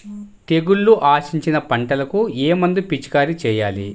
తెగుళ్లు ఆశించిన పంటలకు ఏ మందు పిచికారీ చేయాలి?